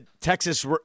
Texas